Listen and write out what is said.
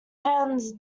penn